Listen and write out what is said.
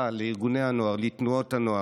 בחזרה לארגוני הנוער, לתנועות הנוער,